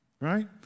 right